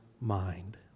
mind